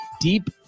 Deep